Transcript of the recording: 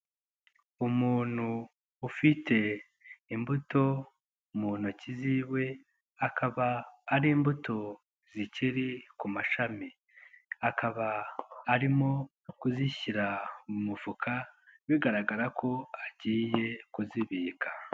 Umuntu ufite imbuto mu ntoki z'iwe, akaba ari imbuto zikiri ku mashami, akaba arimo kuzishyira mu mufuka, bigaragara ko agiye kuzibika.